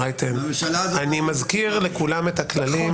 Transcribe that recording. ורייטן - מזכיר לכולם את כללים